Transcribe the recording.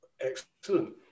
Excellent